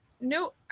no